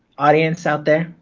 audience out there,